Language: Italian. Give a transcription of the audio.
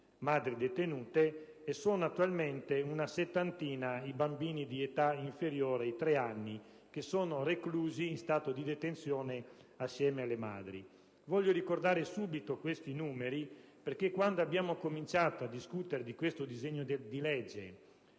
attualmente sono una settantina i bambini di età inferiore ai tre anni che sono in stato di detenzione assieme alle madri. Ho voluto ricordare subito questi numeri, perché quando abbiamo cominciato a discutere di questo disegno di legge